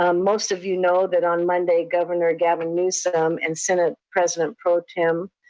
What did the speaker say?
um most of you know that on monday, governor gavin newsom and senate president pro tem,